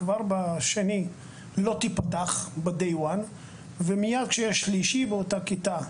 כבר בשני לא תיפתח ביום הראשון ומייד כשיש שלישי באותה כיתה,